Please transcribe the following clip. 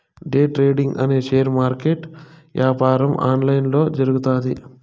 day trading అనే share market యాపారం online లొనే జరుగుతాది